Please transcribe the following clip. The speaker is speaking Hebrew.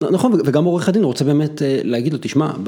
נכון, וגם עורך הדין רוצה באמת להגיד לו, תשמע.